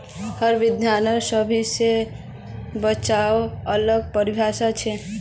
हर विद्वानेर हिसाब स बचाउर अलग परिभाषा छोक